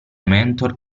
mentor